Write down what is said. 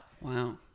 Wow